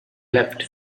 left